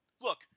Look